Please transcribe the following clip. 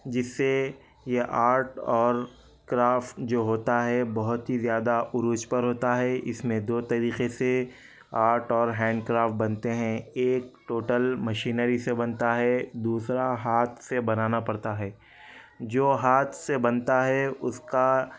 جس سے یہ آرٹ اور کرافٹ جو ہوتا ہے بہت ہی زیادہ عروج پر ہوتا ہے اس میں دو طریقے سے آرٹ اور ہینڈ کرافٹ بنتے ہیں ایک ٹوٹل مشینری سے بنتا ہے دوسرا ہاتھ سے بنانا پڑتا ہے جو ہاتھ سے بنتا ہے اس کا